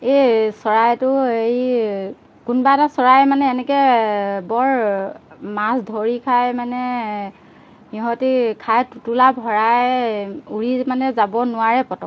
এই চৰাইটো এই কোনোবা এটা চৰাই মানে এনেকৈ বৰ মাছ ধৰি খাই মানে সিহঁতি খাই টুটুলা ভৰাই উৰি মানে যাব নোৱাৰে পতককৈ